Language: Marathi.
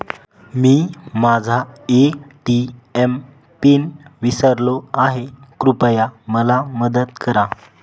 मी माझा ए.टी.एम पिन विसरलो आहे, कृपया मला मदत करा